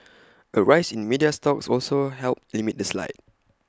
A rise in media stocks also helped limit the slide